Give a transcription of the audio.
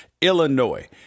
Illinois